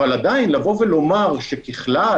אבל עדיין לבוא ולומר שככלל,